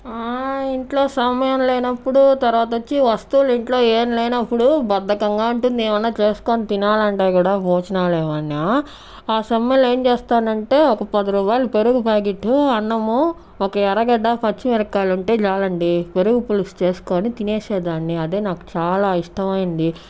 ఇంట్లో సమయం లేనప్పుడు తర్వాత వచ్చి వస్తువులు ఇంట్లో ఏం లేనప్పుడు బద్దకంగా ఉంటుంది ఏమన్నా చేసుకొని తినాలంటే కూడా భోజనాలు ఏమన్నా ఆ సమయంలో ఏం చేస్తానంటే ఒక పది రూపాయలు పెరుగు ప్యాకెట్ అన్నము ఒక ఎర్రగడ్డ పచ్చి మిరపకాయలు ఉంటే చాలండి పెరుగు పులుసు చేసుకొని తినేసేదాన్ని అదే నాకు చాలా ఇష్టమైనది